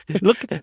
Look